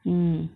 mm